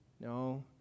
No